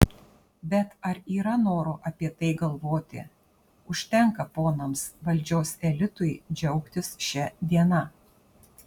bet ar yra noro apie tai galvoti užtenka ponams valdžios elitui džiaugtis šia diena